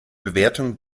bewertung